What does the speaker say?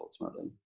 ultimately